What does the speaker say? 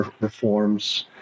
reforms